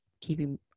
keeping